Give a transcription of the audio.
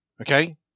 Okay